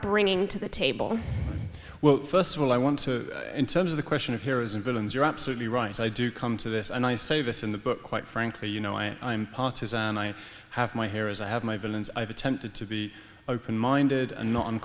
bringing to the table well first of all i want to in terms of the question of heroes and villains you're absolutely right i do come to this and i say this in the book quite frankly you know i am partisan i have my heroes i have my villains i've attempted to be open minded and no